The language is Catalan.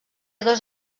dos